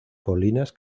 colinas